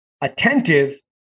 attentive